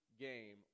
game